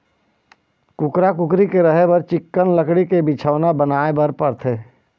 कुकरा, कुकरी के रहें बर चिक्कन लकड़ी के बिछौना बनाए बर परथे